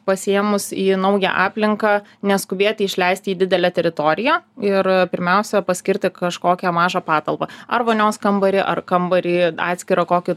pasiėmus į naują aplinką neskubėti išleisti į didelę teritoriją ir pirmiausia paskirti kažkokią mažą patalpą ar vonios kambarį ar kambarį atskirą kokį